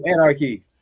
Anarchy